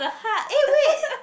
eh wait